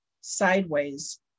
sideways